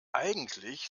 eigentlich